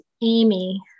Amy